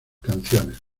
canciones